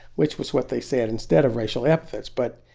which was what they said instead of racial epithets, but.